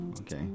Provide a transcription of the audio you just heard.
okay